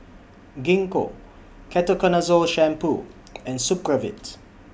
Gingko Ketoconazole Shampoo and Supravit